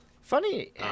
funny